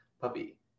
puppy